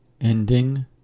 Ending